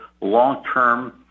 long-term